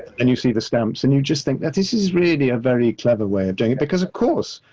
and you see the stamps, and you just think that this is really a very clever way of doing it, because of course,